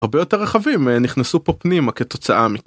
הרבה יותר רחבים נכנסו פה פנימה כתוצאה